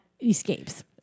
escapes